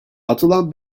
atılan